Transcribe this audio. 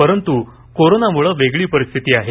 परंतु कोरोनामुळे वेगळी परिस्थिती आहे